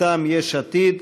מטעם יש עתיד.